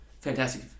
Fantastic